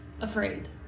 afraid